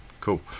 cool